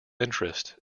interest